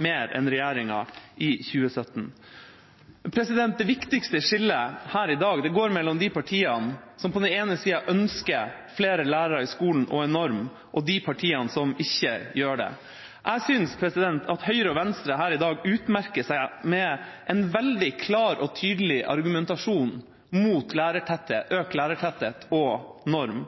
mer enn regjeringa i 2017. Det viktigste skillet her i dag går mellom de partiene som ønsker flere lærere i skolen og en norm, og de partiene som ikke gjør det. Jeg synes at Høyre og Venstre her i dag utmerker seg med en veldig klar og tydelig argumentasjon mot økt lærertetthet og norm.